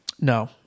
No